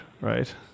right